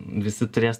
visi turės